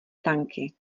tanky